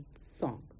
song